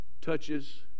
touches